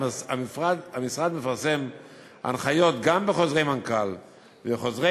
המשרד מפרסם הנחיות גם בחוזרי מנכ"ל ובחוזרי